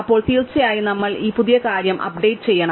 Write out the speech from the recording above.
അപ്പോൾ തീർച്ചയായും നമ്മൾ ഈ പുതിയ കാര്യങ്ങൾ അപ്ഡേറ്റ് ചെയ്യണം